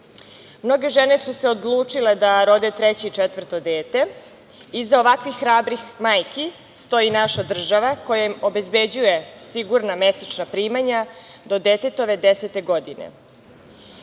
žene su se odlučile da rode treće i četvrto dete. Iza ovako hrabrih majki stoji naša država koja im obezbeđuje sigurna mesečna primanja do detetove desete godine. Sve